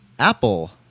Apple